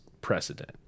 precedent